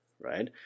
right